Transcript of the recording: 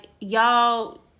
y'all